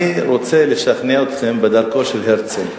אני רוצה לשכנע אתכם בדרכו של הרצל.